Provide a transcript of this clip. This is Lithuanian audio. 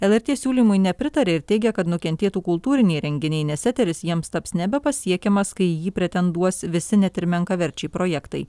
lrt siūlymui nepritarė ir teigia kad nukentėtų kultūriniai renginiai nes eteris jiems taps nebepasiekiamas kai į jį pretenduos visi net ir menkaverčiai projektai